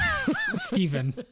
Stephen